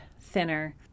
thinner